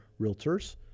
realtors